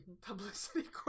publicity